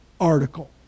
article